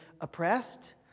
oppressed